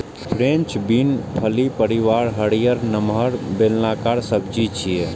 French bean फली परिवारक हरियर, नमहर, बेलनाकार सब्जी छियै